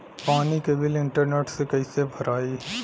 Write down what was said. पानी के बिल इंटरनेट से कइसे भराई?